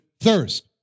thirst